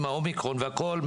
עם האומיקרון והכול,